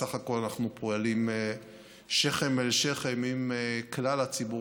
בסך הכול אנחנו פועלים שכם אל שכם עם כלל הציבור